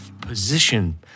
position